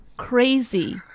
crazy